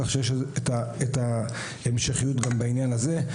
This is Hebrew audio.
כך שיש את ההמשכיות בעניין הזה.